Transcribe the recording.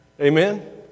Amen